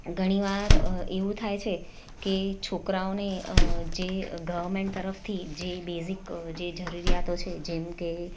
ઘણીવાર એવું થાય છે કે છોકરાઓને જે ગવર્મેન્ટ તરફથી જે બેઝિક જે જરૂરીયાતો છે જેમકે